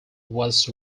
was